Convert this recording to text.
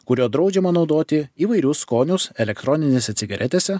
kuriuo draudžiama naudoti įvairius skonius elektroninėse cigaretėse